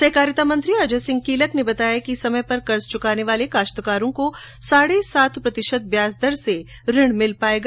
सहकारिता मंत्री अजयसिंह किलक ने बताया कि समय पर कर्ज चुकाने वाले काश्तकारों को साढे सात प्रतिशत ब्याज दर से ऋण मिल पायेगा